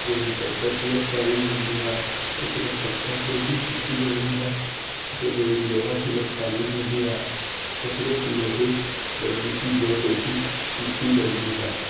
ਜਿਹੜੀ ਪੱਥਰ ਸ਼ਿਲਪਕਾਰੀ ਹੁੰਦੀ ਹੈ ਉਹ ਸਿਰਫ਼ ਪੱਥਰ 'ਤੇ ਹੀ ਕੀਤੀ ਜਾਂਦੀ ਹੈ ਅਤੇ ਜਿਹੜੀ ਲੋਹਾ ਸ਼ਿਲਪਕਾਰੀ ਹੁੰਦੀ ਹੈ ਉਹ ਸਿਰਫ਼ ਲੋਹੇ ਵਰਗੀ ਚੀਜ਼ਾਂ 'ਤੇ ਹੀ ਕੀਤੀ ਜਾਂਦੀ ਹੈ